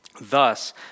Thus